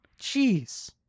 Jeez